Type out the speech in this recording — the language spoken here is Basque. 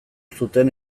zuten